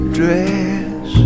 dress